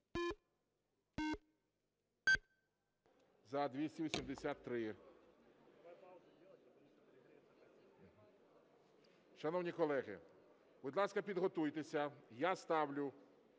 За-283 Шановні колеги, будь ласка, підготуйтеся. Я ставлю